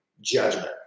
judgment